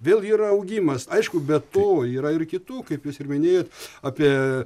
vėl yra augimas aišku be to yra ir kitų kaip jūs ir minėjot apie